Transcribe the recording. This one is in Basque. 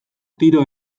tiro